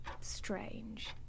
strange